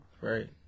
Right